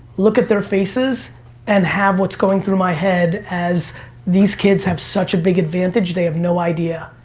look at their faces and have what's going through my head as these kids have such a big advantage they have no idea.